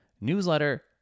newsletter